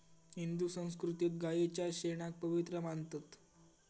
हिंदू संस्कृतीत गायीच्या शेणाक पवित्र मानतत